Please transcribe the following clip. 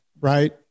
right